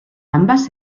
ambas